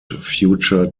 future